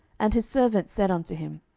and his servant said unto him,